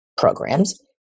programs